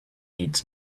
needs